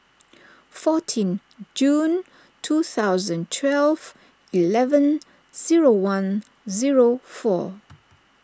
fourteen June two thousand twelve eleven zero one zero four